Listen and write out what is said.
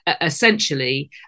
essentially